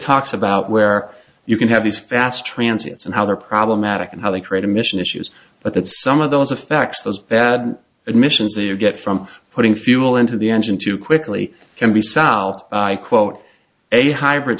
talks about where you can have these fast transits and how they're problematic and how they create emission issues but if some of those effects those bad admissions that you get from putting fuel into the engine too quickly can be south i quote a hybrid